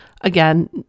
Again